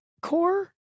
core